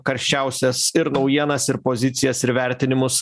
karščiausias ir naujienas ir pozicijas ir vertinimus